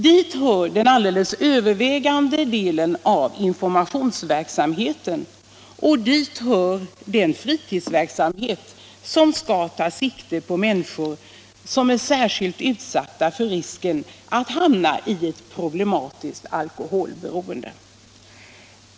Dit hör den alldeles överväldigande delen av informationsverksamheten, och dit hör den fritidsverksamhet som skall ta sikte på människor som är särskilt utsatta för risken att hamna i ett problematiskt alkoholberoende.